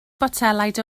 botelaid